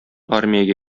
армиягә